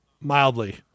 mildly